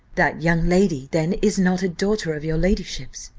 that young lady then is not a daughter of your ladyship's?